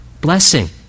blessing